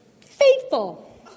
Faithful